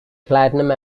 platinum